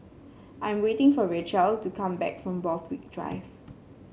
I'm waiting for Racheal to come back from Borthwick Drive